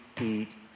eat